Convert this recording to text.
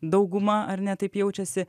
dauguma ar ne taip jaučiasi